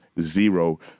zero